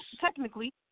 Technically